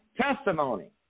testimony